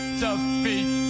defeat